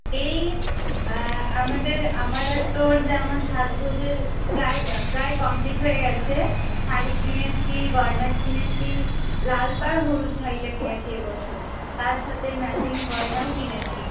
এই আমাদের আমার আর তোর যেমন সাজগোজের প্রায় প্রায় কমপ্লিট হয়ে গিয়েছে শাড়ি কিনেছি গয়না কিনেছি লাল পাড় হলুদ শাড়িটা কিনেছি এ বছর তার সাথে ম্যাচিং গয়নাও কিনেছি